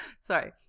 Sorry